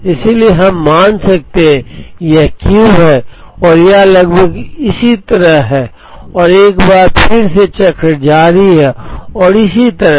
इसलिए हम मान सकते हैं कि यह Q है और यह लगभग इसी तरह है और एक बार फिर से चक्र जारी है और इसी तरह